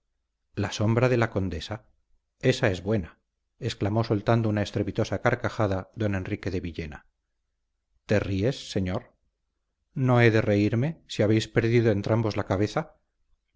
la sombra de la condesa ésa es buena exclamó soltando una estrepitosa carcajada don enrique de villena te ríes señor no he de reírme si habéis perdido entrambos la cabeza